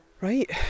Right